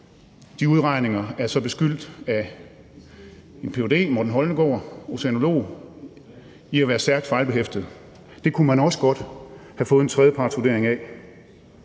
De udregninger er så beskyldt af en ph.d. – Morten Holmegaard, oceanolog – for at være stærkt fejlbehæftede. Det kunne man også godt have fået en tredjepartsvurdering af.